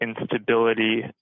instability